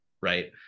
right